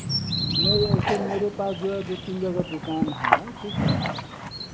नहीं एक्चुअली मेरे पास जो है दो तीन जगह दुकान है ठीक है